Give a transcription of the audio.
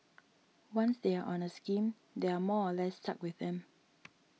once they are on a scheme they are more or less stuck with them